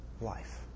life